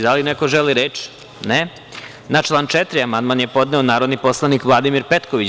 Da li neko želi reč? (Ne) Na član 4. amandman je podneo narodni poslanik Vladimir Petković.